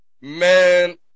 Man